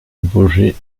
baugé